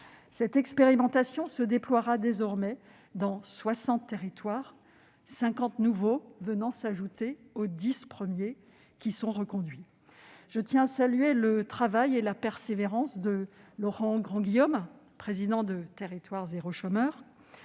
Cette expérimentation se déploiera désormais dans soixante territoires, cinquante nouveaux venant s'ajouter aux dix premiers, qui sont reconduits. Je salue le travail et la persévérance de Laurent Grandguillaume, président de l'association Territoires zéro chômeur